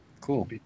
Cool